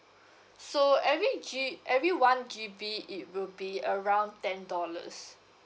so every G every one G_B it will be around ten dollars